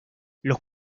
los